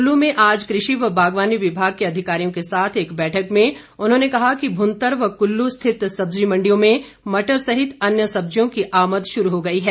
कुल्लू में आज कृषि व बागवानी विभाग के अधिकारियों के साथ एक बैठक में उन्होंने कहा कि भुंतर व कुल्लू स्थित सब्जी मंडियों में मटर सहित अन्य सब्जियों की आमद शुरू हो गई है